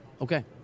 Okay